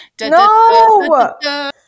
no